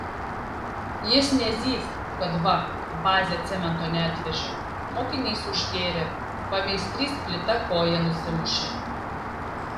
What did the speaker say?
jis nezys kad va bazė cemento neatvežė mokinys užgėrė pameistrys plyta koją nusimušė